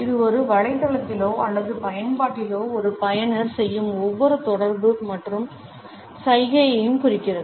இது ஒரு வலைத்தளத்திலோ அல்லது பயன்பாட்டிலோ ஒரு பயனர் செய்யும் ஒவ்வொரு தொடர்பு மற்றும் சைகையையும் குறிக்கிறது